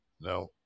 No